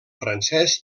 francès